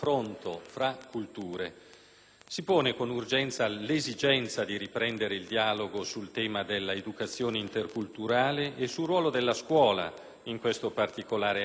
Si pone con urgenza l'esigenza di riprendere il dialogo sul tema dell'educazione interculturale e sul ruolo della scuola in questo particolare ambito di intervento.